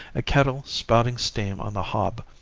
a kettle spouting steam on the hob,